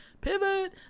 pivot